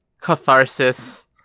catharsis